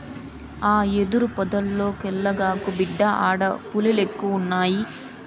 ఆ యెదురు పొదల్లోకెల్లగాకు, బిడ్డా ఆడ పులిలెక్కువున్నయి